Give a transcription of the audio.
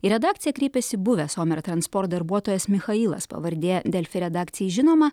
į redakciją kreipėsi buvęs somer transporto darbuotojas michailas pavardė delfi redakcijai žinoma